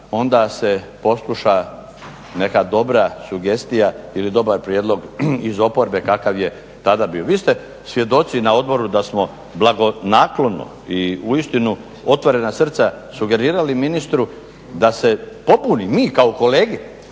onda se posluša neka dobra sugestija ili dobar prijedlog iz oporbe kakav je tada bio. Vi ste svjedoci na odboru da smo blagonaklono i uistinu otvorena srca sugerirali ministru da se pobuni, mi kao kolege.